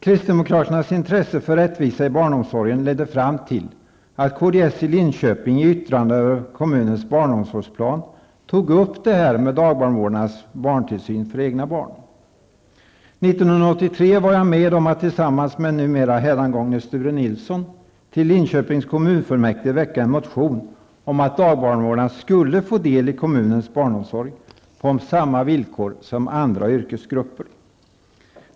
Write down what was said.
Kristdemokraternas intresse för rättvisa i barnomsorgen ledde fram till att kds i Linköping tog upp detta med dagbarnvårdarnas barntillsyn för egna barn i ett yttrande över kommunens barnomsorgsplan. År 1983 var jag med om att, tillsammans med numera hädangångne Sture Nilsson, väcka en motion till Linköpings kommunfullmäktige om att dagbarnvårdarna skulle få del av kommunens barnomsorg på samma villkor som andra yrkesgrupper.